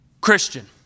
Christian